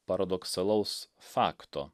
paradoksalaus fakto